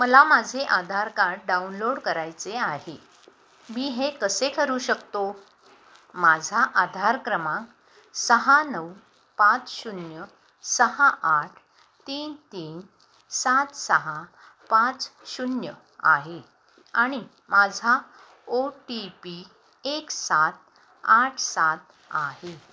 मला माझे Aadhaar card download करायचे आहे मी हे कसे करू शकतो माझा आधार क्रमांक सहा नऊ पाच शून्य सहा आठ तीन तीन सात सहा पाच शून्य आहे आणि माझा ओ टी पी एक सात आठ सात आहे